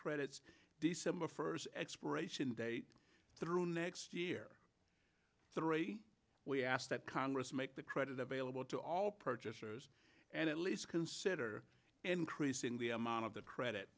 credits december first expiration date through next year three we asked that congress make the credit available to all purchasers and at least consider increasing the amount of the credit